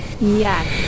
Yes